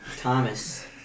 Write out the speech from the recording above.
Thomas